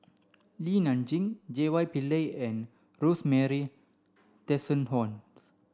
Li Nanxing J Y Pillay and Rosemary Tessensohn